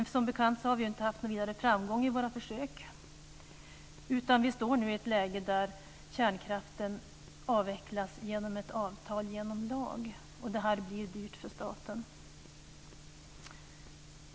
Som bekant har vi inte haft någon vidare framgång med våra försök, utan vi står nu i ett läge där kärnkraften avvecklas genom ett avtal genom lag. Det här blir dyrt för staten.